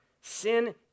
sin